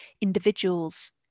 individuals